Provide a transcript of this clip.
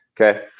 okay